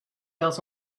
else